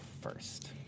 first